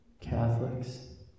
Catholics